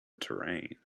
terrain